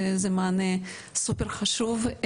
זה מענה סופר חשוב.